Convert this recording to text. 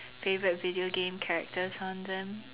favorite video game characters on them